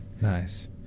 Nice